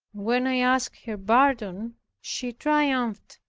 when i asked her pardon she triumphed,